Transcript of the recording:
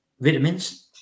vitamins